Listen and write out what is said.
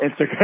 Instagram